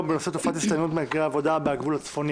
בנושא: "תופעת הסתננות של מהגרי עבודה מהגבול הצפוני".